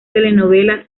telenovela